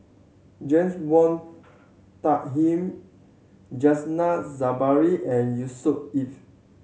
James Wong Tuck Him Zainal Sapari and Yusnor Ef